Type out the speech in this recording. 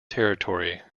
territory